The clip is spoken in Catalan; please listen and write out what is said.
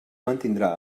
mantindrà